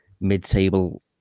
mid-table